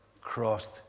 crossed